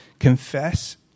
confess